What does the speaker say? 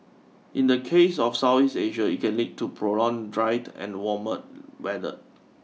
in the case of South East Asia it can lead to prolonged drier and warmer weather